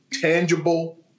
tangible